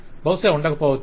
బహుశ ఉండకపోవచ్చు